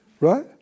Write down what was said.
Right